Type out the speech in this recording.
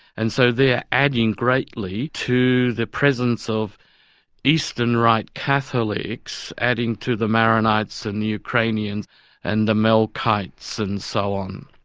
and so they're adding greatly to the presence of eastern rite catholics adding to the maronites and ukrainians and the melkites and so on.